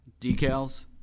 decals